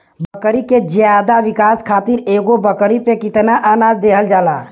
बकरी के ज्यादा विकास खातिर एगो बकरी पे कितना अनाज देहल जाला?